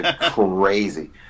crazy